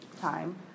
time